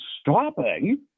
stopping